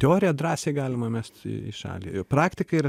teoriją drąsiai galima mest į į šalį ir praktika yra